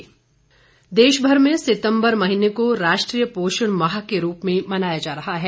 पोषण अभियान देश भर में सितंबर महीने को राष्ट्रीय पोषण माह के रूप में मनाया जा रहा है